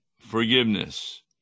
forgiveness